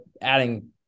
adding